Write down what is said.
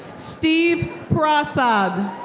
steve prasad.